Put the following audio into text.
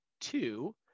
Two